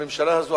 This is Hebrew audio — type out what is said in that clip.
הממשלה הזאת,